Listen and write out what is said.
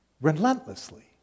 relentlessly